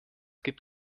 gibt